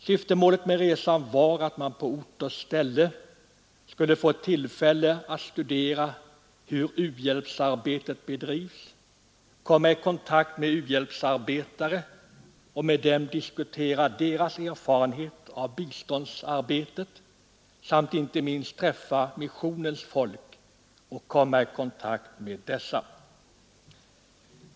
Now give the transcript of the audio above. Syftemålet med resan var att vi på ort och ställe skulle få tillfälle att studera hur u-hjälpsarbetet bedrivs, komma i kontakt med u-hjälpsarbetare och med dem diskutera deras erfarenhet av biståndsarbetet samt inte minst träffa missionens folk och komma i kontakt med dessa.